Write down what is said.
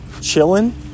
chilling